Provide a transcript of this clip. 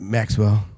Maxwell